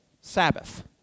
Sabbath